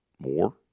more